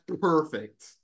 perfect